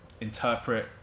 interpret